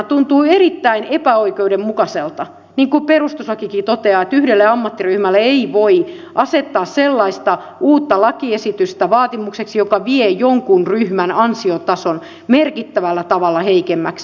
tuntuu erittäin epäoikeudenmukaiselta niin kuin perustuslakikin toteaa että yhdelle ammattiryhmälle voi asettaa sellaisen uuden lakiesityksen vaatimukseksi joka vie jonkun ryhmän ansiotason merkittävällä tavalla heikemmäksi